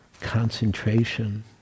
concentration